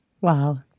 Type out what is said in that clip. wow